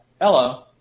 Hello